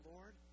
Lord